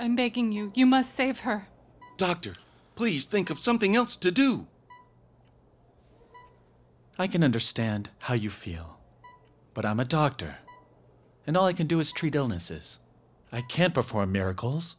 begging you you must save her doctor please think of something else to do i can understand how you feel but i'm a doctor and all i can do is treat illnesses i can't perform miracles